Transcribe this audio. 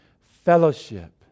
Fellowship